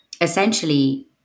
essentially